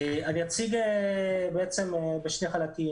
אני אציג בשני חלקים.